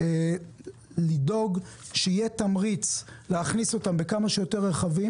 לדאוג שיהיה תמריץ להכניס אותם בכמה שיותר רכבים,